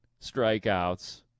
strikeouts